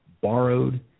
borrowed